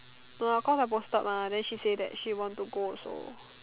no lah cause I posted mah then she say that she want to go also